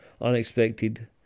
unexpected